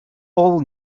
all